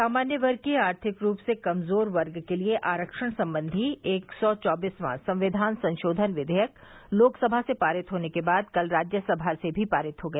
सामान्य वर्ग के आर्थिक रूप से कमजोर वर्ग के लिए आरक्षण सम्बंधी एक सौ चौबीसवां संविधान संशोधन विवेयक लोकसभा से पारित होने के बाद कल राज्यसभा से भी पारित हो गया